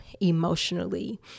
emotionally